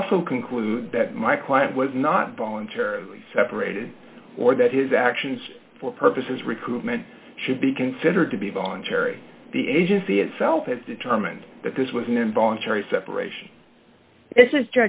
also conclude that my client was not voluntarily separated or that his actions for purposes of recruitment should be considered to be voluntary the agency itself has determined that this was an involuntary separation